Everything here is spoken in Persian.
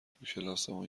توکلاسمون